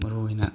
ꯃꯔꯨ ꯑꯣꯏꯅ